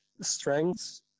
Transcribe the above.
strengths